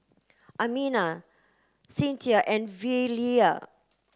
Amina Cinthia and Velia